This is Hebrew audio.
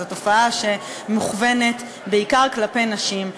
זו תופעה שמוכוונת בעיקר כלפי נשים,